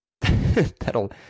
That'll